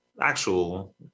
actual